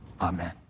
Amen